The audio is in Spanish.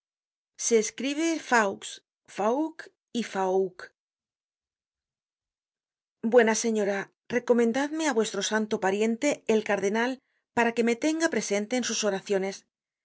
faux fauq y faouq buena señora recomendadme á vuestro santo pariente el carde nal para que me tenga presente en sus oraciones